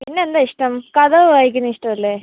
പിന്നെ എന്താ ഇഷ്ടം കഥ വായിക്കുന്ന ഇഷ്ടം അല്ലേ